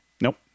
Nope